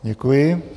Děkuji.